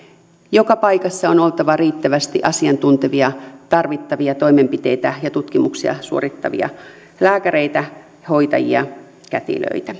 joka paikassa on oltava riittävästi asiantuntevia tarvittavia toimenpiteitä ja ja tutkimuksia suorittavia lääkäreitä hoitajia kätilöitä